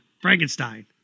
frankenstein